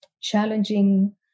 challenging